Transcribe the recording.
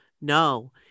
no